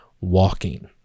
walking